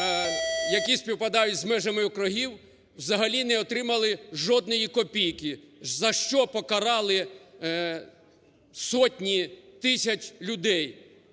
які співпадають з межами округів, взагалі не отримали жодної копійки. За що покарали сотні тисяч людей?